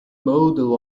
model